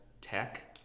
tech